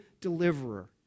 deliverer